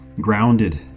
grounded